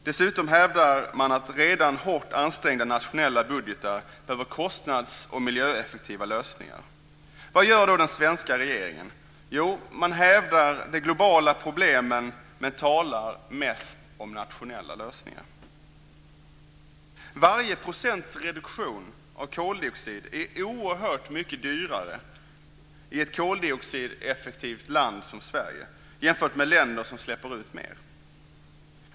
Dessutom hävdade man att redan hårt ansträngda nationella budgetar behöver kostnads och miljöeffektiva lösningar. Vad gör då den svenska regeringen? Jo, man hävdar de globala problemen men talar mest om nationella lösningar. Varje procents reduktion av koldioxidutsläppen är oerhört mycket dyrare i ett koldioxideffektivt land som Sverige än i de länder som släpper ut mer.